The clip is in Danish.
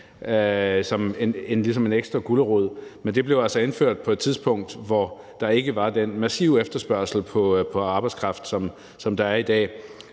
på deres arbejdsplads, men det blev altså indført på et tidspunkt, hvor der ikke var den massive efterspørgsel på arbejdskraft, som der er i dag.